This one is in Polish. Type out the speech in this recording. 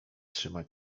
trzymać